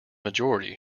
majority